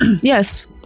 Yes